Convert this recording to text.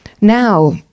Now